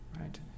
Right